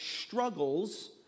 struggles